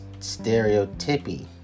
Stereotypy